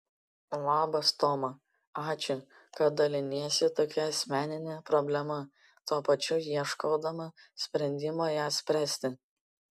labas toma ačiū kad daliniesi tokia asmenine problema tuo pačiu ieškodama sprendimo ją spręsti